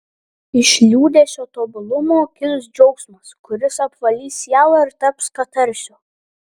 iš liūdesio tobulumo kils džiaugsmas kuris apvalys sielą ir taps katarsiu